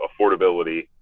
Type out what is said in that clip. affordability